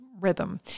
rhythm